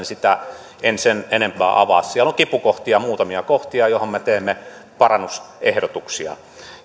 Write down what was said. sitä en sen enempää avaa siellä on kipukohtia muutamia kohtia joihin me teemme parannusehdotuksia